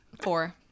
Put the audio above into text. Four